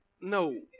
No